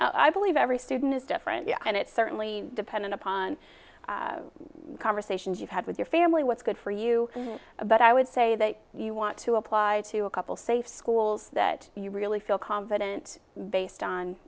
i believe every student is different and it certainly dependent upon conversations you've had with your family what's good for you but i would say that you want to apply to a couple safe schools that you really feel confident based on